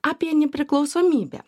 apie nepriklausomybę